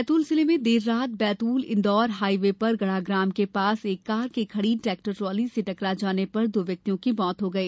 बैतूल जिले में देर रात बैतूल इंदौर हाईवे पर गढ़ाग्राम के पास एक कार के खड़ी टेक्टर ट्राली से टकरा जाने पर दो व्यक्तियों की मौत हो गई